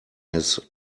his